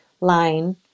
line